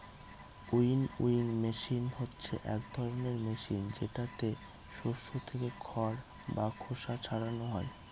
winnowing machine হচ্ছে এক ধরনের মেশিন যেটাতে শস্য থেকে খড় বা খোসা ছারানো হয়